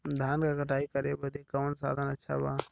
धान क कटाई करे बदे कवन साधन अच्छा बा?